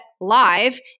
live